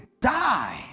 die